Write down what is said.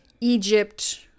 egypt